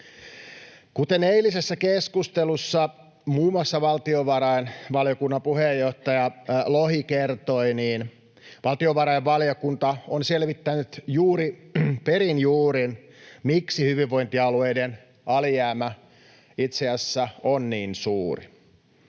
Kuten eilisessä keskustelussa muun muassa valtiovarainvaliokunnan puheenjohtaja Lohi kertoi, valtiovarainvaliokunta on selvittänyt perin juurin, miksi hyvinvointialueiden alijäämä itse asiassa on niin suuri.